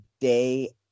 day